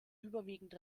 überwiegend